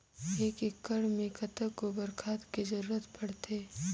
एक एकड़ मे कतका गोबर खाद के जरूरत पड़थे?